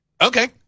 okay